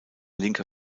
linker